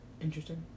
Interesting